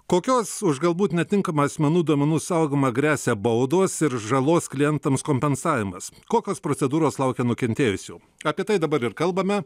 kokios už galbūt netinkamą asmenų duomenų saugojimą gresia baudos ir žalos klientams kompensavimas kokios procedūros laukia nukentėjusių apie tai dabar ir kalbame